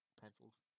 pencils